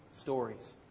stories